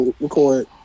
record